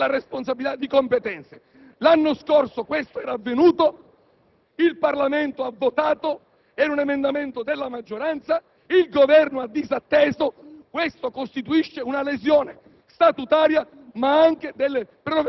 in cambio dell'assunzione delle responsabilità di competenze. L'anno scorso questo era avvenuto, il Parlamento ha votato un emendamento della maggioranza, il Governo ha disatteso, ciò costituisce una lesione